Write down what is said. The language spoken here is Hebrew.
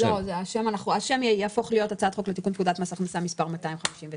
השם יהפוך להיות הצעת חוק לתיקון פקודת מס הכנסה (מס' 259),